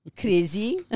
crazy